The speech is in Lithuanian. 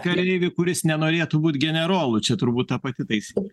kareivį kuris nenorėtų būt generolu čia turbūt ta pati taisyklė